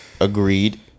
agreed